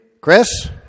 Chris